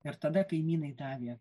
ir tada kaimynai davė